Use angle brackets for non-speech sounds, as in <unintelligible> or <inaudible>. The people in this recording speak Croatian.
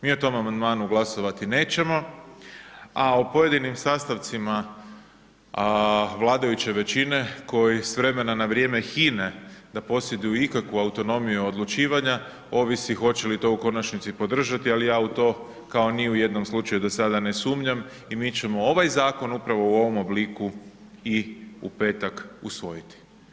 Mi o tom amandmanu glasovati nećemo, a o pojedinim sastavcima, vladajuće većine, koje s vremena na vrijeme … <unintelligible> da posjeduju ikakvu autonomiju odlučivanja, ovisi hoće li to u konačnici podržati, ali ja u to kao ni u jednom slučaju do sada ne sumnjam i mi ćemo ovaj zakon, upravo u ovom obliku i u petak usvojiti.